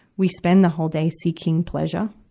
we spend the whole day seeking pleasure.